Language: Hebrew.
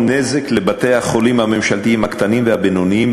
נזק לבתי-החולים הממשלתיים הקטנים והבינוניים,